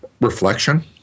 reflection